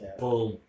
boom